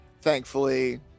thankfully